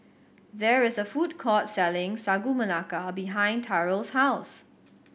there is a food court selling Sagu Melaka behind Tyrell's house